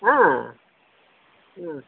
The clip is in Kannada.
ಹಾಂ ಹಾಂ